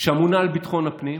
שאמונה על ביטחון הפנים,